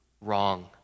wrong